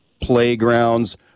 playgrounds